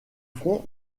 front